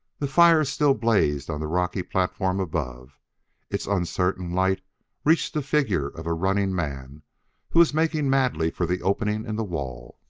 the fire still blazed on the rocky platform above its uncertain light reached the figure of a running man who was making madly for the opening in the wall.